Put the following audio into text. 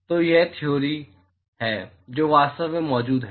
तो ये 2 थियोरी हैं जो वास्तव में मौजूद हैं